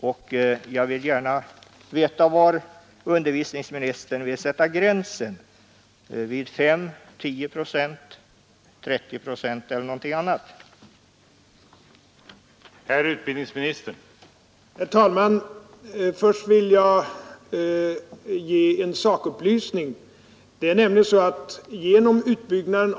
Jag vill alltså gärna veta var utbildningsministern sätter gränsen — vid 5 procent, 10 procent, 30 procent eller någon annanstans?